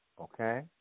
Okay